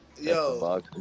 Yo